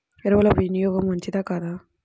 ఎరువుల వినియోగం మంచిదా కాదా?